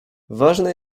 ważne